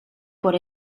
por